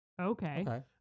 Okay